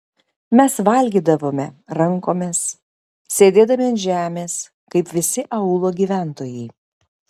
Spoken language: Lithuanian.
mes valgydavome rankomis sėdėdami ant žemės kaip visi aūlo gyventojai